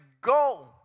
go